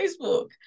Facebook